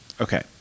Okay